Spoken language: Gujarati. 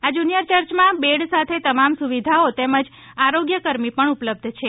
આ જુનિયર ચર્ચમાં બેડ સાથે તમામ સુવિધાઓ તેમજ આરોગ્ય કરમી પણ ઉપલબ્ધ છે